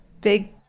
big